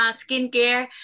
skincare